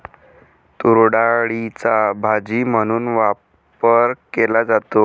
तूरडाळीचा भाजी म्हणून वापर केला जातो